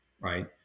right